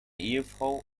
ehefrau